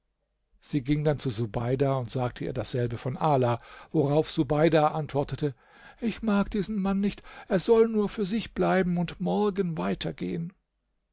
sie ging dann zu subeida und sagte ihr dasselbe von ala worauf subeida antwortete ich mag diesen mann nicht er soll nur für sich bleiben und morgen weitergehen